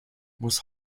muss